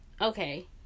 Okay